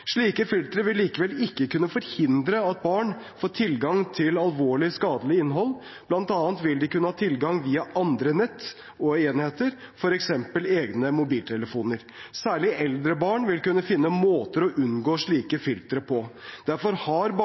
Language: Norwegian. Slike filtre vil likevel ikke kunne forhindre at barn får tilgang til alvorlig skadelig innhold. Blant annet vil de kunne ha tilgang til andre nett og enheter, f.eks. egne mobiltelefoner. Særlig eldre barn vil kunne finne måter å unngå slike filtre på. Derfor har